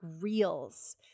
reels